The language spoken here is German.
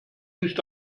nicht